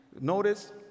notice